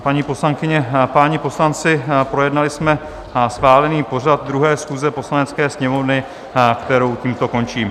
Paní poslankyně, páni poslanci, projednali jsme schválený pořad 2. schůze Poslanecké sněmovny, kterou tímto končím.